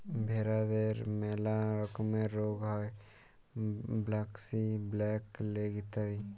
ভেরাদের ম্যালা রকমের রুগ হ্যয় ব্র্যাক্সি, ব্ল্যাক লেগ ইত্যাদি